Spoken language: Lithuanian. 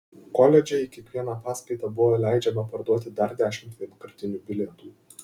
koledže į kiekvieną paskaitą buvo leidžiama parduoti dar dešimt vienkartinių bilietų